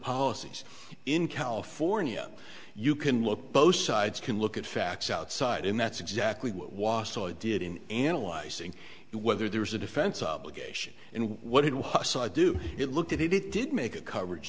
policies in california you can look both sides can look at facts outside and that's exactly what wausau did in analyzing whether there was a defense obligation and what it would do it looked at it it did make a coverage